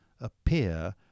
appear